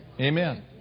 Amen